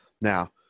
Now